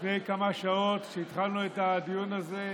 לפני כמה שעות, כשהתחלנו את הדיון הזה,